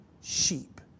sheep